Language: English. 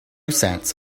cents